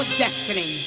destiny